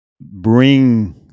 bring